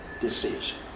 decision